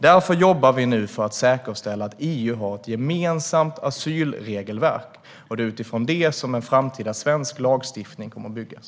Därför jobbar vi nu för att säkerställa att EU har ett gemensamt asylregelverk, och det är utifrån det som en framtida svensk lagstiftning kommer att byggas.